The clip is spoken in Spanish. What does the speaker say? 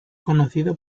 conocida